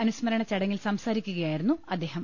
അനുസ്മരണ ചടങ്ങിൽ സംസാരിക്കുകയായിരുന്നു അദ്ദേഹം